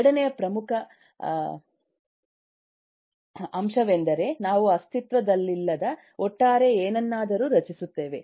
ಎರಡನೆಯ ಪ್ರಮುಖ ಅಂಶವೆಂದರೆ ನಾವು ಅಸ್ತಿತ್ವದಲ್ಲಿಲ್ಲದ ಒಟ್ಟಾರೆಯಾಗಿ ಏನನ್ನಾದರೂ ರಚಿಸುತ್ತೇವೆ